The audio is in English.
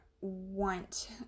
want